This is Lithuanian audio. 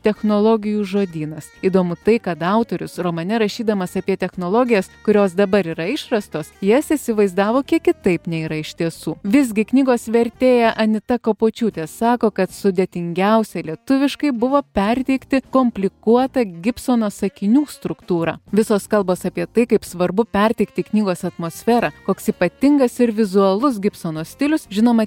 technologijų žodynas įdomu tai kad autorius romane rašydamas apie technologijas kurios dabar yra išrastos jas įsivaizdavo kiek kitaip nei yra iš tiesų visgi knygos vertėja anita kapočiūtė sako kad sudėtingiausia lietuviškai buvo perteikti komplikuotą gibsono sakinių struktūrą visos kalbos apie tai kaip svarbu perteikti knygos atmosferą koks ypatingas ir vizualus gibsono stilius žinoma